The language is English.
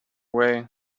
way